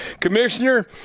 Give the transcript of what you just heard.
commissioner